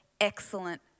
excellent